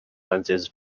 lenses